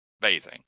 bathing